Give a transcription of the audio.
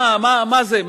מה זה?